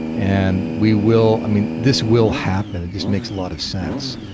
and we will, i mean, this will happen it just makes a lot of sense.